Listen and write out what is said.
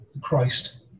Christ